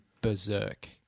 berserk